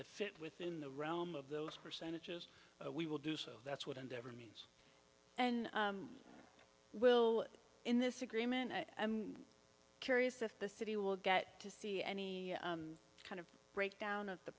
that fit within the realm of those percentages we will do so that's what endeavor means and well in this agreement i'm curious if the city will get to see any kind of breakdown of the